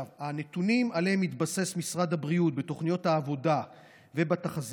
הנתונים שעליהם התבסס משרד הבריאות בתוכניות העבודה ובתחזיות